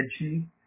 energy